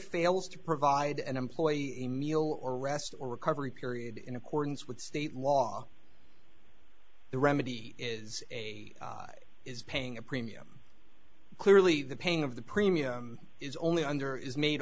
fails to provide an employee a meal or rest or recovery period in accordance with state law the remedy is a is paying a premium clearly the paying of the premium is only under is made